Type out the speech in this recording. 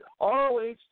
ROH